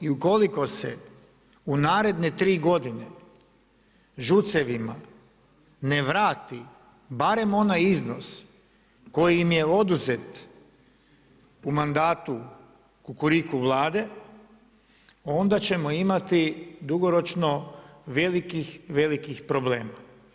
I ukoliko se u naredne tri godine ŽUC-evima ne vrati barem onaj iznos koji im je oduzet u mandatu Kukuriku Vlade onda ćemo imati dugoročno velikih, velikih problema.